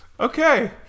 Okay